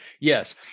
yes